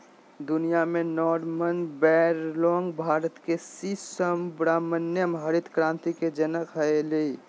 दुनिया में Norman Borlaug Bharat के सी सुब्रमण्यम हरित क्रांति के जनक हलई